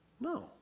No